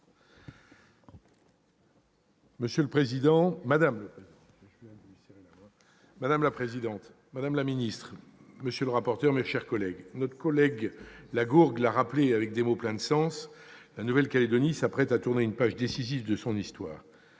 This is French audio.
et Territoires. Madame la présidente, madame la ministre, monsieur le rapporteur, mes chers collègues, Jean-Louis Lagourgue l'a rappelé avec des mots pleins de sens : la Nouvelle-Calédonie s'apprête à tourner une page décisive de son histoire.